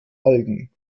algen